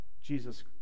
Jesus